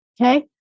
Okay